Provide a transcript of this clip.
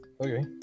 okay